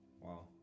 wow